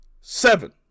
seven